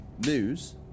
news